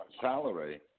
salary